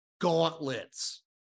gauntlets